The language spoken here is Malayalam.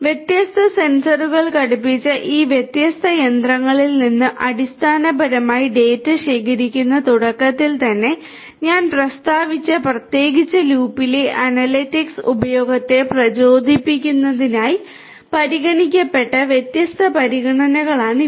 വ്യത്യസ്ത സെൻസറുകൾ ഘടിപ്പിച്ച ഈ വ്യത്യസ്ത യന്ത്രങ്ങളിൽ നിന്ന് അടിസ്ഥാനപരമായി ഡാറ്റ ശേഖരിക്കുന്ന തുടക്കത്തിൽ തന്നെ ഞാൻ പ്രസ്താവിച്ച പ്രത്യേക ലൂപ്പിലെ അനലിറ്റിക്സ് ഉപയോഗത്തെ പ്രചോദിപ്പിക്കുന്നതിനായി പരിഗണിക്കപ്പെടുന്ന വ്യത്യസ്ത പരിഗണനകളാണ് ഇവ